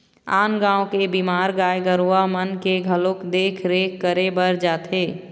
आन गाँव के बीमार गाय गरुवा मन के घलोक देख रेख करे बर जाथे